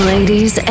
Ladies